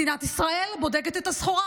מדינת ישראל בודקת את הסחורה,